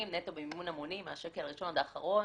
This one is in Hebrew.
נטו במימון המונים מהשקל הראשון עד האחרון.